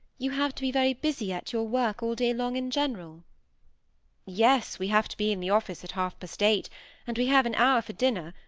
you have to be very busy at your work all day long in general yes, we have to be in the office at half-past eight and we have an hour for dinner,